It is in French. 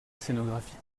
scénographie